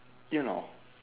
you know